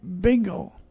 bingo